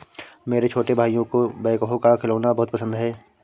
मेरे छोटे भाइयों को बैकहो का खिलौना बहुत पसंद है